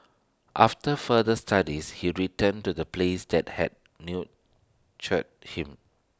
after further studies he returned to the place that had nurtured him